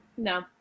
No